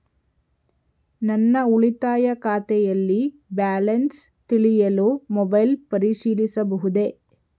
ನನ್ನ ಉಳಿತಾಯ ಖಾತೆಯಲ್ಲಿ ಬ್ಯಾಲೆನ್ಸ ತಿಳಿಯಲು ಮೊಬೈಲ್ ಪರಿಶೀಲಿಸಬಹುದೇ?